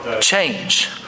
change